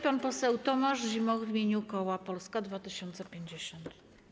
Pan poseł Tomasz Zimoch w imieniu koła Polska 2050.